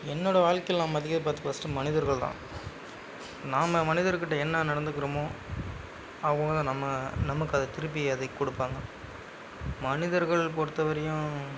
என்னோடய வாழ்க்கையில் நான் மதிக்கிறது பார்த்தா ஃபர்ஸ்ட்டு மனிதர்கள் தான் நாம் மனிதர்க்கிட்டே என்ன நடந்துக்கிறோமோ அவங்களும் நம்ம நமக்கு அதை திருப்பி அதைக்கொடுப்பாங்க மனிதர்கள் பொறுத்தவரையும்